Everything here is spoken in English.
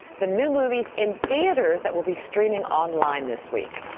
the new movies in theaters that will be streaming online this week.